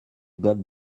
got